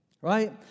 right